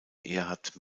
erhard